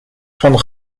van